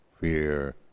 fear